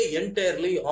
entirely